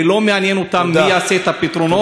ולא מעניין אותם מי יעשה את הפתרונות.